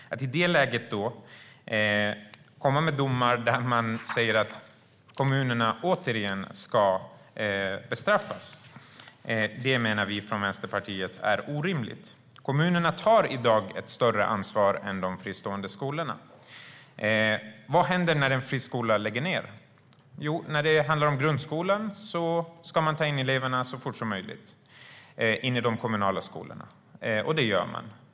Att i det läget komma med domar där man säger att kommunerna återigen ska bestraffas menar vi i Vänsterpartiet är orimligt. Kommunerna tar i dag ett större ansvar än de fristående skolorna. Vad händer när en friskola läggs ned? Jo, när det handlar om grundskolan ska man ta in eleverna i de kommunala skolorna så fort som möjligt, och det gör man.